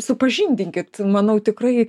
supažindinkit manau tikrai